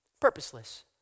purposeless